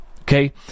Okay